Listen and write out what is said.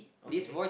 okay